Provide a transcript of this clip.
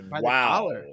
Wow